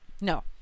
No